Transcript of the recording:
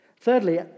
Thirdly